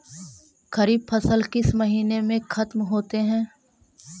खरिफ फसल किस महीने में ख़त्म होते हैं?